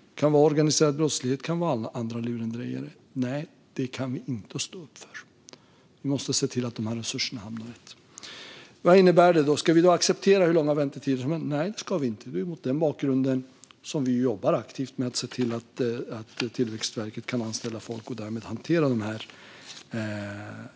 Det kan vara organiserad brottslighet eller andra lurendrejare. Nej, det kan vi inte stå upp för. Vi måste se till att de här resurserna hamnar rätt. Vad innebär då detta? Ska vi acceptera hur långa väntetider som helst? Nej, det ska vi inte. Det är mot den bakgrunden vi jobbar aktivt med att se till att Tillväxtverket kan anställa folk och därmed hantera de här